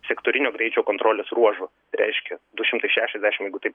sektorinio greičio kontrolės ruožų reiškia du šimtai šešiasdešim jeigu taip